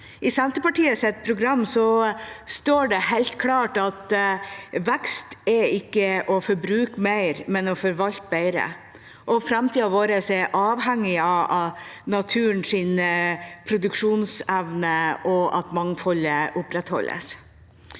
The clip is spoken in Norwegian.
I Senterpartiets program står det helt klart at vekst er ikke å forbruke mer, men å forvalte bedre. Framtiden vår er avhengig av naturens produksjonsevne og at mangfoldet opprettholdes.